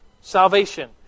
salvation